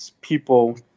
people